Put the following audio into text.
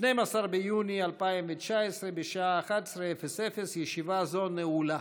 12 ביוני 2019, בשעה 11:00. ישיבה זו נעולה.